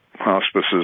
hospices